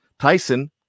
Tyson